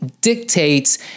dictates